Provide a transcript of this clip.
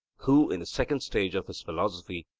who, in the second stage of his philosophy,